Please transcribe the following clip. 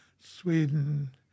Sweden